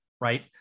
right